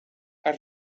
har